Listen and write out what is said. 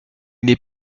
n’est